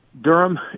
Durham